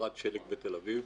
ירד שלג בתל אביב,